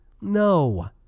No